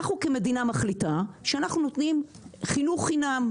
אנחנו כמדינה מחליטים שאנחנו נותנים חינוך חינם,